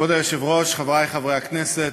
כבוד היושב-ראש, חברי חברי הכנסת,